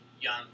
young